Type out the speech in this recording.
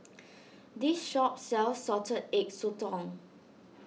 this shop sells Salted Egg Sotong